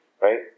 right